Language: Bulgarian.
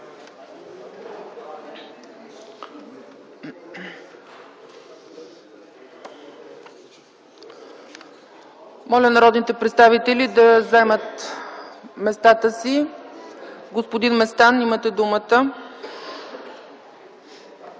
Моля народните представители да заемат местата си. Господин Местан, имате думата.